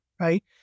right